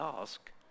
ask